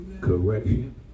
correction